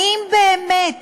האם באמת